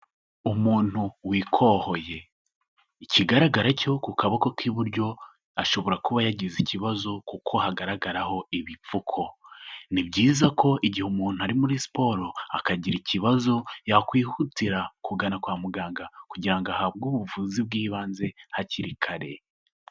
Umuntu wikohoye. Ikigaragara cyo ku kaboko k'iburyo ashobora kuba yagize ikibazo kuko hagaragaraho ibipfuko. Ni byiza ko igihe umuntu ari muri siporo akagira ikibazo yakwihutira kugana kwa muganga kugira ngo ahabwe ubuvuzi bw'ibanze hakiri kare.